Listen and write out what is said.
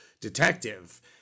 detective